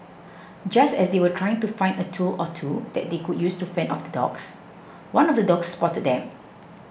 just as they were trying to find a tool or two that they could use to fend off the dogs one of the dogs spotted them